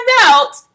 out